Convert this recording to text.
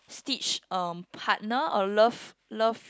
Stitch um partner a love love